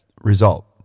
result